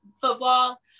football